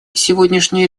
сегодняшнее